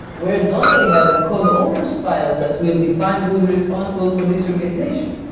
where don't i have a code owner s file that will define who is responsible for this organization?